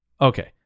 Okay